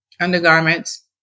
undergarments